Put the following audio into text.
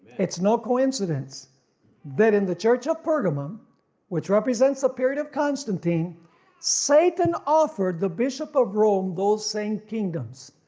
it's no coincidence that in the church of pergamum which represents a period of constantine satan offered the bishop of rome those same kingdoms,